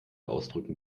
ausdrücken